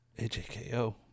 AJKO